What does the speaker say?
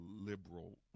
liberal